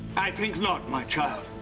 i think not, my child.